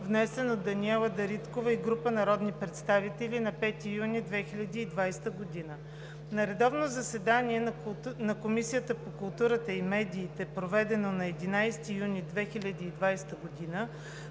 внесен от Даниела Дариткова и група народни представители на 5 юни 2020 г. На редовно заседание на Комисията по културата и медиите, проведено на 11 юни 2020 г.,